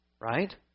right